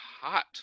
hot